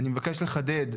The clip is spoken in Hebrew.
אני מבקש לחדד,